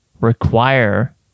require